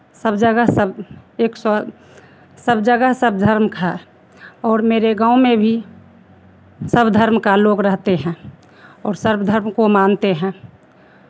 सब जगह सब एक सा सब जगह सब धर्म है और मेरे गाँव में भी सब धर्म का लोग रहते हैं और सर्व धर्म को मानते हैं